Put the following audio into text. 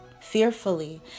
fearfully